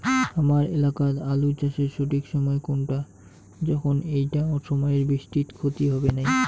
হামার এলাকাত আলু চাষের সঠিক সময় কুনটা যখন এইটা অসময়ের বৃষ্টিত ক্ষতি হবে নাই?